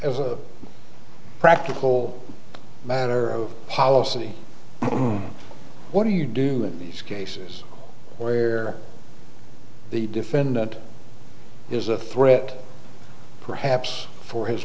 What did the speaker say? as a practical matter of policy on what do you do in cases where the defendant is a threat perhaps for his